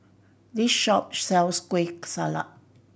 this shop sells Kueh Salat